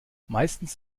meistens